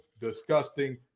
disgusting